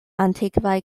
antikvaj